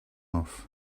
off